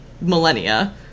millennia